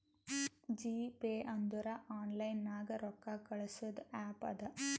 GPay ಅಂದುರ್ online ನಾಗ್ ರೊಕ್ಕಾ ಕಳ್ಸದ್ ಆ್ಯಪ್ ಅದಾ